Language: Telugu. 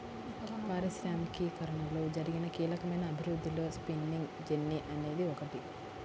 పారిశ్రామికీకరణలో జరిగిన కీలకమైన అభివృద్ధిలో స్పిన్నింగ్ జెన్నీ అనేది ఒకటి